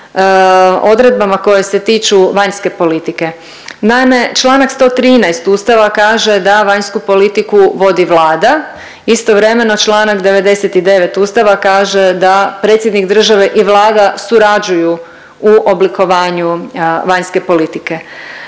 odredbama koje se tiču vanjske politike. Naime, čl. 113. Ustava kaže da vanjsku politiku vodi Vlada, istovremeno čl. 99. Ustava kaže da predsjednik države i Vlada surađuju u oblikovanju vanjske politike.